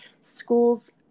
schools